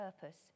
purpose